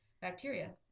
Bacteria